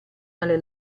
alle